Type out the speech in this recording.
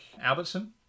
Albertson